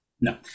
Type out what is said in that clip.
No